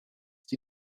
die